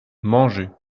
manger